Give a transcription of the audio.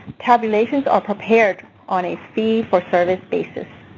tabulations are prepared on a fee-for-service basis.